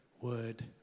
word